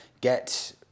get